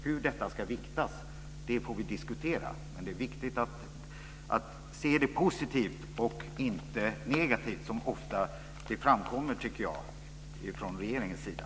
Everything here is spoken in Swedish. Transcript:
Hur detta ska viktas får vi diskutera, men det är viktigt att se det positivt och inte negativt, som jag tycker att det ofta framkommer från regeringens sida.